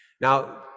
now